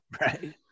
Right